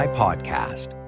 podcast